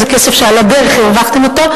זה כסף שעל הדרך הרווחתם אותו,